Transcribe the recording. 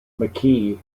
mckee